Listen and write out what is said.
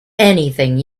anything